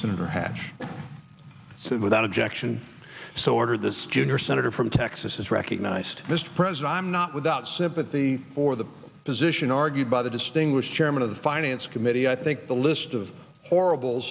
senator hatch said without objection so ordered this junior senator from texas is recognized mr president i'm not without sympathy for the position argued by the distinguished chairman of the finance committee i think the list of horrible